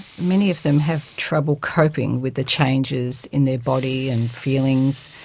many of them have trouble coping with the changes in their body and feelings,